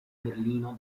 berlino